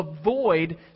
avoid